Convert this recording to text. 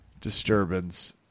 disturbance